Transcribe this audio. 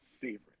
favorite